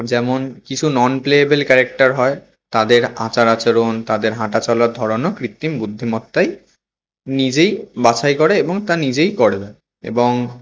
যেমন কিছু non playable character হয় তাদের আচার আচরণ তাদের হাঁটা চলার ধরনও কৃত্রিম বুদ্ধিমত্তাই নিজেই বাছাই করে এবং তা নিজেই করবে এবং